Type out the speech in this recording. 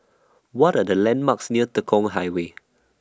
What Are The landmarks near Tekong Highway